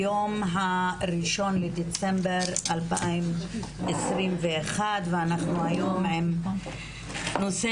היום ה-1 בדצמבר 2021. אנחנו היום עם נושא